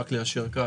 רק ליישר קו,